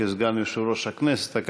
כסגן יושב-ראש הכנסת,